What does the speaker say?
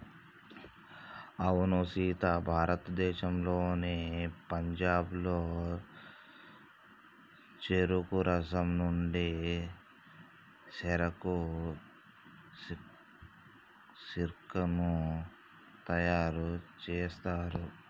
అవునా సీత భారతదేశంలోని పంజాబ్లో చెరుకు రసం నుండి సెరకు సిర్కాను తయారు సేస్తారు